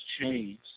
changed